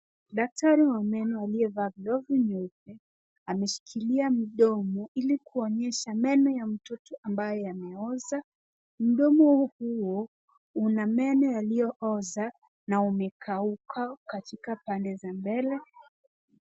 Daktari wa meno aliyevaa glovu nyeupe ameshikilia mdomo ili kuonyesha meno ya mtoto ambayo yanaoza. Mdomo huu pia una meno yaliyooza na umekauka katika pande za mbele.